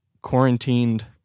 quarantined